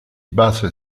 basa